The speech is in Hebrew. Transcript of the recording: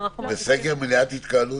אבל הפועל היוצא של סגר זה מניעת התקהלות,